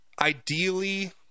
ideally